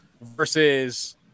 versus